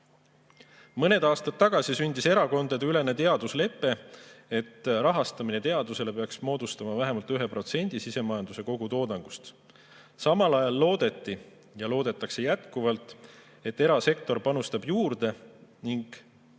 edasi. Mõned aastad tagasi sündis erakondadeülene teaduslepe, et teaduse rahastamine peaks moodustama vähemalt 1% sisemajanduse kogutoodangust. Samal ajal loodeti ja loodetakse jätkuvalt, et erasektor panustab juurde ning